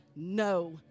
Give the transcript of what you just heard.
No